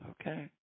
Okay